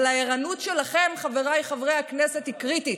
אבל הערנות שלכם, חבריי חברי הכנסת, היא קריטית,